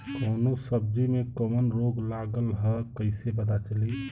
कौनो सब्ज़ी में कवन रोग लागल ह कईसे पता चली?